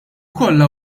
kollha